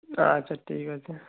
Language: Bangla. আচ্ছা ঠিক আছে